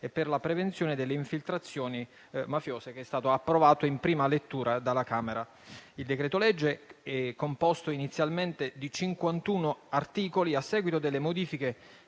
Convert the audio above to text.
e per la prevenzione delle infiltrazioni mafiose, che è stato approvato in prima lettura dalla Camera dei deputati. Il decreto-legge era composto inizialmente da 51 articoli e, a seguito delle modifiche